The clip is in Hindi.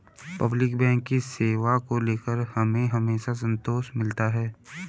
पब्लिक बैंक की सेवा को लेकर हमें हमेशा संतोष मिलता है